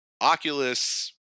Oculus